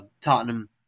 Tottenham